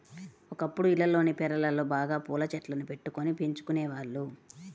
ఒకప్పుడు ఇళ్లల్లోని పెరళ్ళలో బాగా పూల చెట్లను బెట్టుకొని పెంచుకునేవాళ్ళు